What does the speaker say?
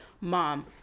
mom